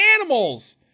animals